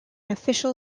official